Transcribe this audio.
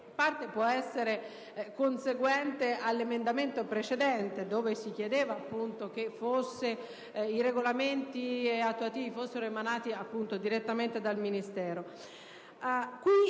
emendamento può essere conseguente all'emendamento precedente con il quale si chiedeva che i regolamenti attuativi fossero emanati direttamente dal Ministero.